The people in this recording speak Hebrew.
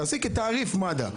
תעשי כתעריף מד"א.